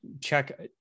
Check